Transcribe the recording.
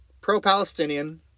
pro-Palestinian